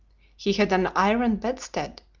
he had an iron bedstead,